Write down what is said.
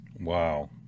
Wow